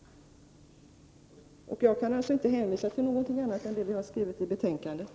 Jag kan alltså inte hänvisa till någonting annat än det vi har skrivit i betänkandet.